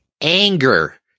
Anger